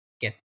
get